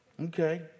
Okay